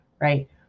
right